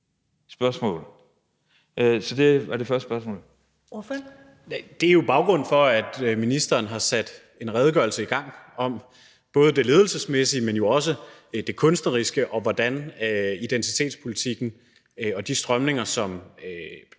Det er jo baggrunden for, at ministeren har sat en redegørelse i gang om både det ledelsesmæssige, men også det kunstneriske, og hvordan identitetspolitikken og de strømninger, som